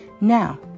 Now